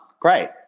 great